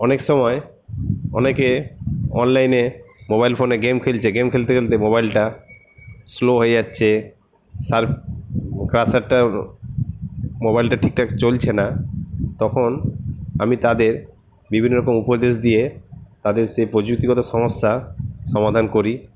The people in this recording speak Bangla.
অনেক সময় অনেকে অনলাইনে মোবাইল ফোনে গেম খেলছে গেম খেলতে খেলতে মোবাইলটা স্লো হয়ে যাচ্ছে সার্ভ কার্সারটা মোবাইলটা ঠিকঠাক চলছে না তখন আমি তাদের বিভিন্ন রকম উপদেশ দিয়ে তাদের সে প্রযুক্তিগত সমস্যা সমাধান করি